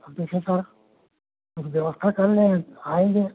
अब जैसे सर कुछ व्यवस्था कर लेंगे तो आएँगे